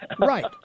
right